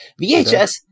VHS